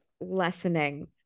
lessening